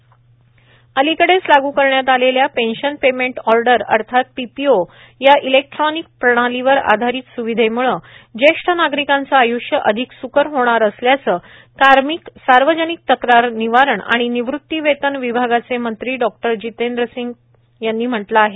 pension payment order अलीकडेच लागू करण्यात आलेल्या पेन्शनपेमेंट ऑर्डर अर्थात पीपीओ या इलेक्ट्रॉनिक प्रणालीवर आधारित स्विधेम्ळे ज्येष्ठ नागरिकांचं आय्ष्य अधिक स्कर होणार असल्याचं कार्मिक सार्वजनिक तक्रार निवारण आणि निवृत्ती वेतन विभागाचे मंत्री डॉक्टर जितेंद्र सिंग यांनी म्हटलं आहे